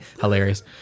hilarious